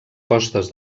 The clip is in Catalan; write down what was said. costes